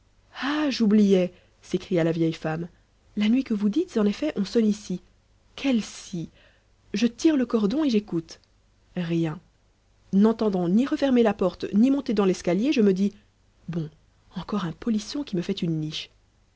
ah j'oubliais s'écria la vieille femme la nuit que vous dites en effet on sonne ici quelle scie je tire le cordon et j'écoute rien n'entendant ni refermer la porte ni monter dans l'escalier je me dis bon encore un polisson qui me fait une niche